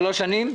שלוש שנים?